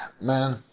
man